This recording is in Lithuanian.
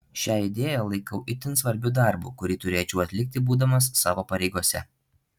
šią idėją laikau itin svarbiu darbu kurį turėčiau atlikti būdamas savo pareigose